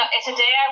today